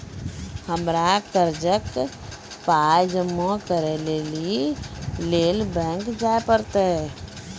हमरा कर्जक पाय जमा करै लेली लेल बैंक जाए परतै?